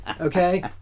Okay